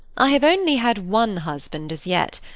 i have only had one husband as yet.